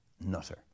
nutter